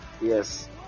yes